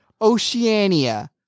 Oceania